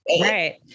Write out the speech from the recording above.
Right